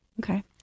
Okay